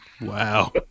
wow